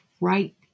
right